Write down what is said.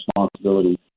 responsibility